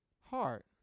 heart